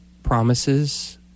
Promises